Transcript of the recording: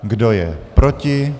Kdo je proti?